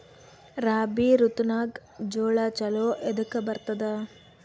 ರಾಬಿ ಋತುನಾಗ್ ಜೋಳ ಚಲೋ ಎದಕ ಬರತದ?